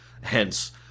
Hence